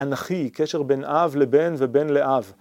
אנכי, קשר בין אב לבין ובין לאב.